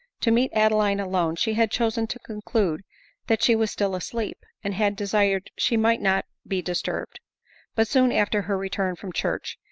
to meet adeline alone, she had chosen to conclude that she was still asleep, and had desired she might not be disturbed but soon after her return from church,